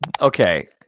okay